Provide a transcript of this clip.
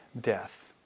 death